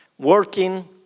working